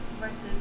versus